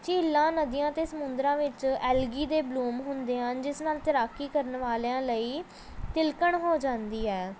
ਝੀਲਾਂ ਨਦੀਆਂ ਅਤੇ ਸਮੁੰਦਰਾਂ ਵਿੱਚ ਐਲਗੀ ਦੇ ਬਲੂਮ ਹੁੰਦੇ ਹਨ ਜਿਸ ਨਾਲ ਤੈਰਾਕੀ ਕਰਨ ਵਾਲਿਆਂ ਲਈ ਤਿਲਕਣ ਹੋ ਜਾਂਦੀ ਹੈ